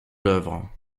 l’œuvre